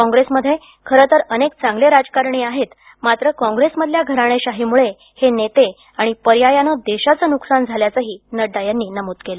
कॉंग्रैसमध्ये खरे तर अनेक चांगले राजकारणी आहेत मात्र कॉंग्रैसमधल्या घराणेशाहीमुळे हे नेते आणि पर्यायानं देशाचं नुकसान झाल्याचंही नड्डा यांनी नमूद केलं